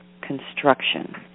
construction